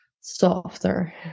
softer